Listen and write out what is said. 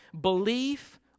Belief